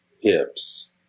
hips